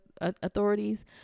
authorities